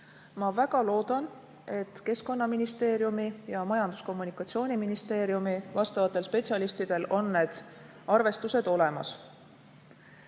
Ma väga loodan, et Keskkonnaministeeriumi ja Majandus- ja Kommunikatsiooniministeeriumi vastavatel spetsialistidel on need arvestused olemas.